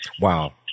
Wow